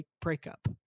breakup